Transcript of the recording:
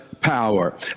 power